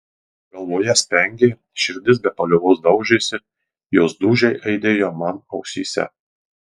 galvoje spengė širdis be paliovos daužėsi jos dūžiai aidėjo man ausyse